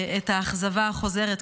את האכזבה החוזרת,